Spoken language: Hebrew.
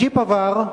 הג'יפ עבר,